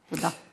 תודה.